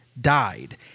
died